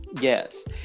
Yes